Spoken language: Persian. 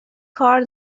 کار